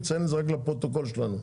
ציין את זה רק לפרוטוקול שלנו.